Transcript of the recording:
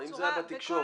אם זה היה בתקשורת.